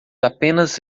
apenas